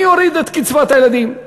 אני אוריד את קצבת הילדים.